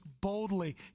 boldly